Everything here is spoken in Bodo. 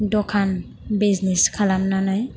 दखान बिजनेस खालामनानै